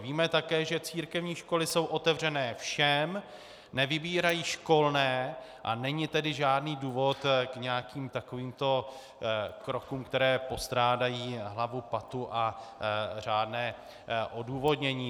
Víme také, že církevní školy jsou otevřené všem, nevybírají školné, a není tedy žádný důvod k nějakým takovýmto krokům, které postrádají hlavu, patu a řádné odůvodnění.